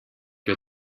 you